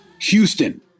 Houston